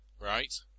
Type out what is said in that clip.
Right